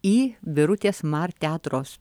į birutės mar teatro